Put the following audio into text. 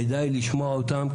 כדאי לשמוע אותם,